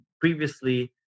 previously